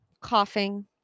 coughing